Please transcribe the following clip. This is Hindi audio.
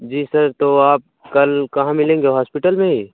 जी सर तो आप कल कहाँ मिलेंगे हॉस्पिटल में ही